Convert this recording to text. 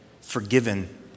forgiven